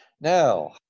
Now